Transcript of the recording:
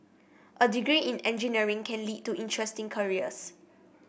a degree in engineering can lead to interesting careers